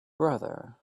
brother